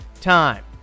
time